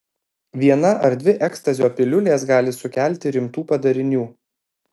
viena ar dvi ekstazio piliulės gali sukelti rimtų padarinių